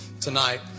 tonight